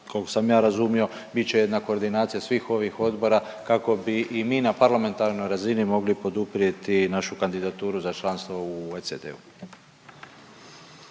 koliko sam ja razumio bit će jedna koordinacija svih ovih odbora kako bi i mi na parlamentarnoj razini mogli poduprijeti našu kandidaturu za članstvo u OECD-u.